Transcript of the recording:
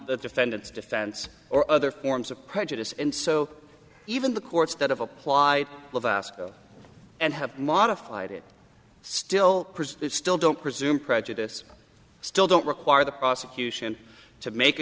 the defendants defense or other forms of prejudice and so even the courts that have applied and have modified it still still don't presume prejudice still don't require the prosecution to make a